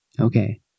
Okay